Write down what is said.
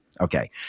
Okay